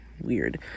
Weird